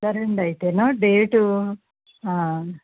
సరే అండి అయితే డేటు